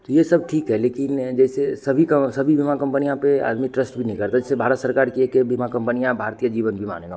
तो यह सब ठीक है लेकिन जैसे सभी का सभी बीमा कंपनियाँ पर आदमी ट्रस्ट भी नहीं करते जैसे भारत सरकार की एक बीमा कंपनियाँ भारतीय जीवन बीमा निगम